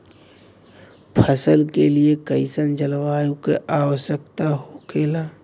फसल के लिए कईसन जलवायु का आवश्यकता हो खेला?